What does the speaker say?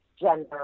gender